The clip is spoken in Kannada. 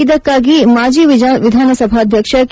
ಇದಕ್ಕಾಗಿ ಮಾಜಿ ವಿಧನಸಭಾಧ್ಯಕ್ಷ ಕೆ